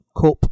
cup